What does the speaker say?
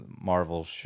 Marvel